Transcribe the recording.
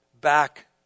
back